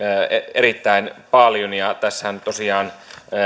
erittäin paljon tässähän tosiaan